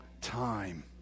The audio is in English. time